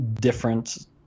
different